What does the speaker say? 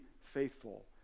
faithful